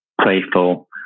playful